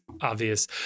obvious